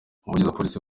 umuvugizi